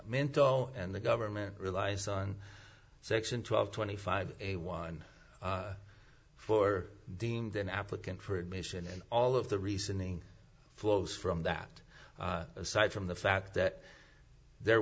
minto and the government relies on section twelve twenty five a one for deemed an applicant for admission and all of the reasoning flows from that aside from the fact that there